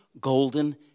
golden